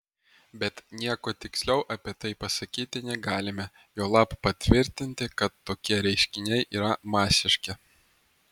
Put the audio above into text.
bet nieko tiksliau apie tai pasakyti negalime juolab patvirtinti kad tokie reiškiniai yra masiški